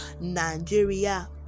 nigeria